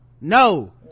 no